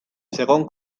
segon